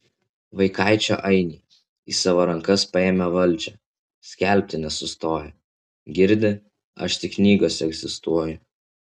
vaikaičio ainiai į savo rankas paėmę valdžią skelbti nenustoja girdi aš tik knygose egzistuoju